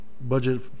Budget